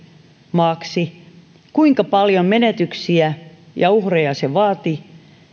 maaksi kuinka paljon menetyksiä ja uhreja se vaati